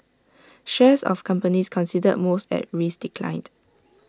shares of companies considered most at risk declined